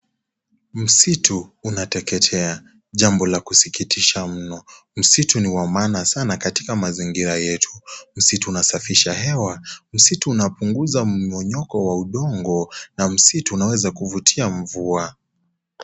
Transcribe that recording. Msitu unateketea jambo la kusikitisha mno msitu ni wa maana sana katika mazingira yetu msitu unasafisha hewa msitu unapunguza mmomonyoko wa udongo na msitu unaweza kuvutia mvua .